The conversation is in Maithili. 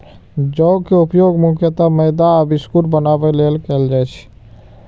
जौ के उपयोग मुख्यतः मैदा आ बिस्कुट बनाबै लेल कैल जाइ छै